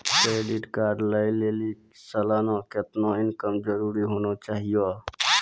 Credit card लय लेली सालाना कितना इनकम जरूरी होना चहियों?